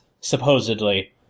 supposedly